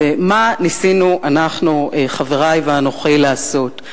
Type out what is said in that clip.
ומה ניסינו אנחנו, חברי ואנוכי, לעשות?